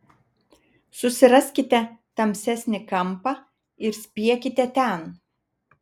susiraskite tamsesnį kampą ir spiekite ten